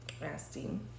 nasty